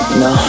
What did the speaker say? no